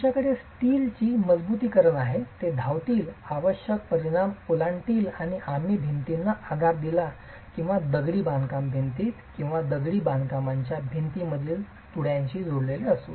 त्यांच्याकडे स्टीलची मजबुतीकरण आहे ते धावतील आवश्यक परिमाण ओलांडतील आणि आम्ही भिंतींना आधार दिला किंवा दगडी बांधकाम भिंतीत किंवा दगडी बांधकामाच्याच्या भिंतीमधील तुळ्यांशी जोडलेले असू